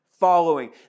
following